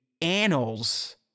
annals